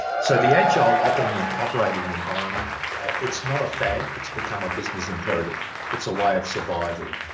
so the agile operating and operating environment it's not a fad, it's become a business imperative it's a way of survival,